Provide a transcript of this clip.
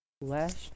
Last